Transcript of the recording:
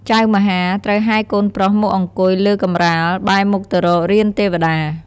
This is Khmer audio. ចៅមហា ត្រូវហែកូនប្រុសមកអង្គុយលើកម្រាល បែរមុខទៅរករានទេវតា។